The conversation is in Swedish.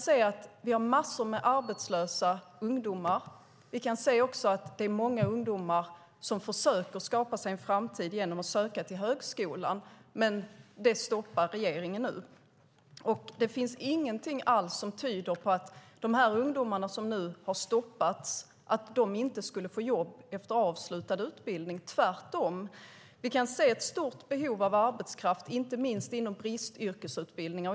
Det finns massor med arbetslösa ungdomar, och vi kan också se att det är många ungdomar som försöker skapa sig en framtid genom att söka till högskolan, men detta stoppar regeringen nu. Det finns inget som tyder på att de ungdomar som nu har stoppats inte skulle få jobb efter avslutad utbildning. Tvärtom. Vi kan se ett stort behov av arbetskraft, inte minst inom bristyrken.